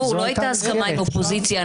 גור, לא הייתה הסכמה עם האופוזיציה.